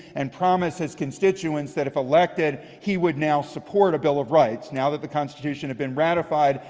and promised his constituents that if elected he would now support a bill of rights. now that the constitution had been ratified,